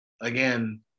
again